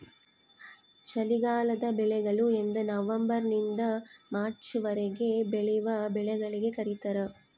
ಚಳಿಗಾಲದ ಬೆಳೆಗಳು ಎಂದನವಂಬರ್ ನಿಂದ ಮಾರ್ಚ್ ವರೆಗೆ ಬೆಳೆವ ಬೆಳೆಗಳಿಗೆ ಕರೀತಾರ